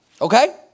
Okay